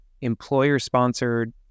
employer-sponsored